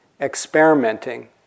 experimenting